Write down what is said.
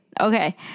okay